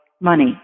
money